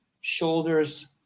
shoulders